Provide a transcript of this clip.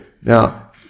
Now